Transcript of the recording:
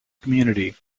community